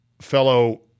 fellow